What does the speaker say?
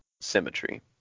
Symmetry